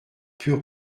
pure